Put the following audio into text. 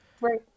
Right